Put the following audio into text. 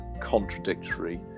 contradictory